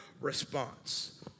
response